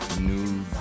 New